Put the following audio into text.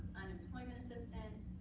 unemployment assistance,